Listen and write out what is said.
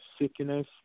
sickness